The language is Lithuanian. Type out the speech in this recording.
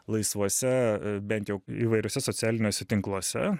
laisvuose bent jau įvairiuose socialiniuose tinkluose